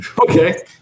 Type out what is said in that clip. Okay